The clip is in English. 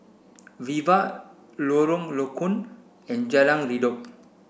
Viva Lorong Low Koon and Jalan Redop